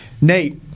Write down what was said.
Nate